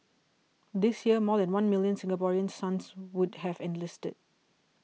this year more than one million Singaporean sons would have enlisted